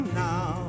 now